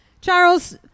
Charles